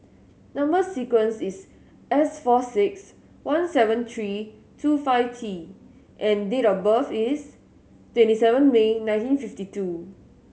number sequence is S four six one seven three two five T and date of birth is twenty seven May nineteen fifty two